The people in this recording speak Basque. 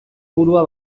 burua